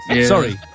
Sorry